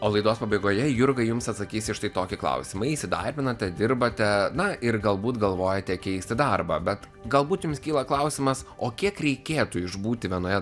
o laidos pabaigoje jurga jums atsakys į štai tokį klausimą įsidarbinate dirbate na ir galbūt galvojate keisti darbą bet galbūt jums kyla klausimas o kiek reikėtų išbūti vienoje